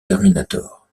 terminator